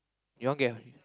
you want get